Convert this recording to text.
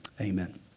amen